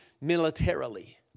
militarily